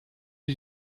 die